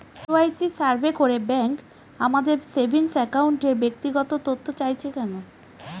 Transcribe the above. KYC survey করে bank আমাদের saving অ্যাকাউন্টের ব্যক্তিগত তথ্য চাইছে কেন?